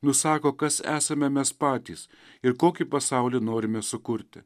nusako kas esame mes patys ir kokį pasaulį norime sukurti